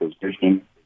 position